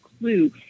clue